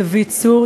דוד צור,